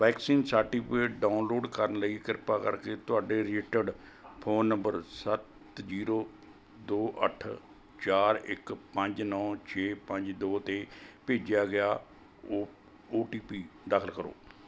vaccine certificate download ਕਰਨ ਲਈ ਕਿਰਪਾ ਕਰਕੇ ਤੁਹਾਡੇ ਰਜਿਸਟਰਡ ਫ਼ੋਨ ਨੰਬਰ ਸੱਤ ਜੀਰੋ ਦੋ ਅੱਠ ਚਾਰ ਇੱਕ ਪੰਜ ਨੌ ਛੇ ਪੰਜ ਦੋ 'ਤੇ ਭੇਜਿਆ ਗਿਆ ਓ ਟੀ ਪੀ ਦਾਖਲ ਕਰੋ